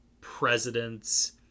presidents